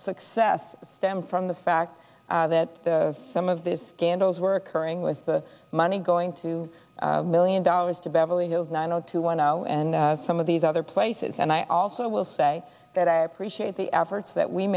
success stem from the fact that the some of these scandals were occurring with the money going to million dollars to beverly hills nine zero two one zero and some of these other places and i also will say that i appreciate the efforts that we